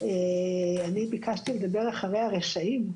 אני ביקשתי לדבר אחרי הרשעים,